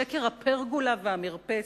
שקר הפרגולה והמרפסת,